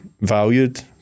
valued